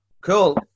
cool